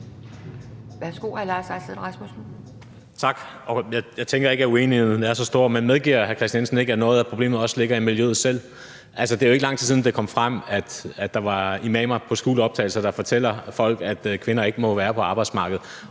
Tak. Jeg tænker ikke, at uenigheden er så stor, men medgiver hr. Kristian Jensen ikke, at noget af problemet også ligger i miljøet selv? Altså, det er jo ikke lang tid siden, det kom frem, at der var imamer, der på skjulte optagelser fortæller folk, at kvinder ikke må være på arbejdsmarkedet,